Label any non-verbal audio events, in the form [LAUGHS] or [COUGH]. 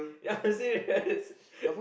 yeah serious [LAUGHS]